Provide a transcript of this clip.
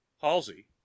halsey